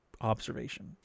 observation